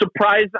surprise